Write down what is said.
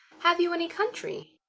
have you any country?